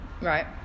Right